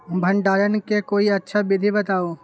भंडारण के कोई अच्छा विधि बताउ?